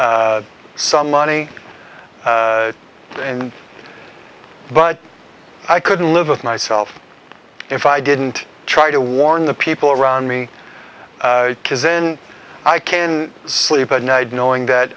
some money and but i couldn't live with myself if i didn't try to warn the people around me because then i can sleep at night knowing that